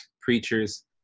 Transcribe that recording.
preachers